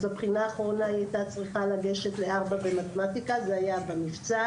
אז בבחינה האחרונה היא הייתה צריכה לגשת ל-4 במתמטיקה זה היה במבצע